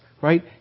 right